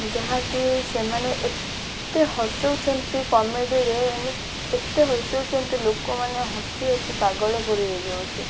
ଯାହାକି ସେମାନେ ଏତେ ହସଉଛନ୍ତି କମେଡ଼ିରେ ଏମି ଏତେ ହସାଉଛନ୍ତି ଲୋକମାନେ ହସି ହସି ପାଗଳ ପରି ହେଇଯାଉଛି